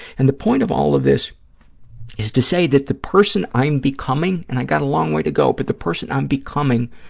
and the point of all of this is to say that the person i'm becoming, and i've got a long way to go, but the person i'm becoming